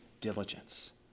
diligence